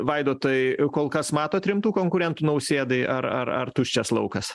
vaidotai kol kas matot rimtų konkurentų nausėdai ar ar ar tuščias laukas